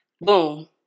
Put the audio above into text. Boom